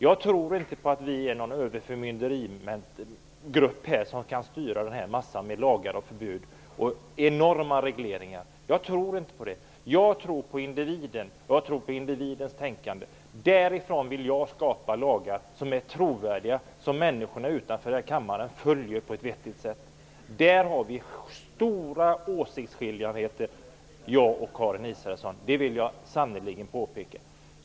Vi är inte någon överförmynderigrupp som kan styra massan med lagar, förbud och enorma regleringar. Jag tror på individens tänkande. Därifrån vill jag skapa lagar som är trovärdiga och som människorna utanför den här kammaren kan följa på ett vettigt sätt. Där är det stora åsiktsskillnader mellan Karin Israelsson och mig, det vill jag sannerligen påpeka.